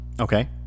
Okay